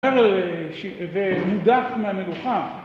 ומודח מהמלוכה.